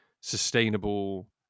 sustainable